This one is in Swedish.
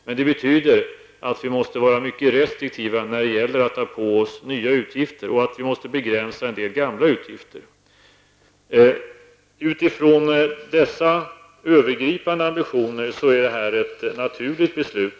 Men det betyder att vi måste vara mycket restriktiva när det gäller att ta på oss nya utgifter, och vi måste begränsa en del gamla utgifter. Utifrån dessa övergripande ambitioner är detta ett naturligt beslut.